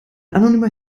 anonymer